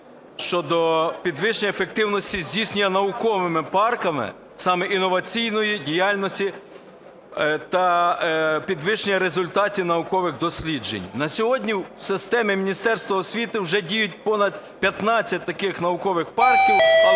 щодо підвищення ефективності здійснення науковими парками саме інноваційної діяльності та підвищення результатів наукових досліджень. На сьогодні в системі Міністерства освіти вже діють понад 15 таких наукових парків,